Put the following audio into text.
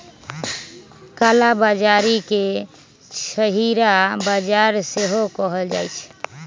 कला बजारी के छहिरा बजार सेहो कहइ छइ